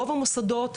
רוב המוסדות,